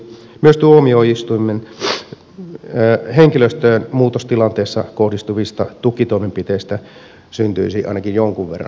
myös tuomioistuimen henkilöstöön muutostilanteessa kohdistuvista tukitoimenpiteistä syntyisi ainakin jonkun verran kustannuksia